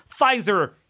Pfizer